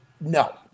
no